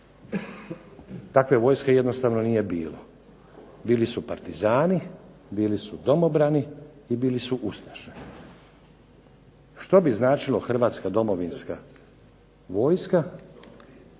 Takve vojske jednostavno nije bilo, bili su partizani, bili su domobrani i bili su ustaše. Što bi značilo hrvatska domovinska vojska?